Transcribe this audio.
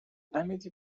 amity